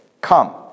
Come